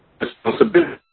responsibility